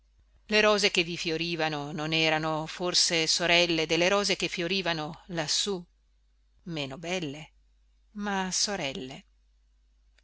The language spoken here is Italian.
le rose che vi fiorivano non erano forse sorelle delle rose che fiorivano lassù meno belle ma sorelle